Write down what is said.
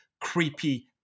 Creepy